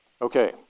Okay